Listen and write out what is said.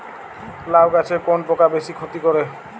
লাউ গাছে কোন পোকা বেশি ক্ষতি করে?